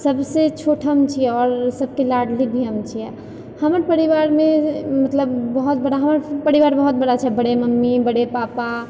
सबसँ छोट हम छियै आओर सबके लाडली भी हम छियै हमर परिवारमे मतलब बहुत बड़ा हमर परिवार बहुत बड़ा छै बड़े मम्मी बड़े पापा